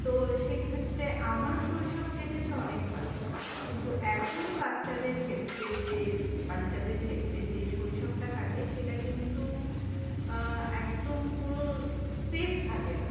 তো সেক্ষেত্রে আমার শৈশব কেটেছে অনেক ভালো কিন্তু এখন বাচ্চাদের ক্ষেত্রে যে বালিকাদের ক্ষেত্রে যে শৈশবটা কাটে সেটা কিন্তু একদম পুরো সেফ থাকে না